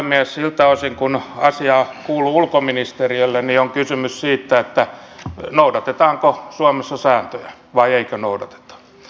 siltä osin kuin asia kuuluu ulkoministeriölle on kysymys siitä noudatetaanko suomessa sääntöjä vai eikö noudateta